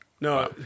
No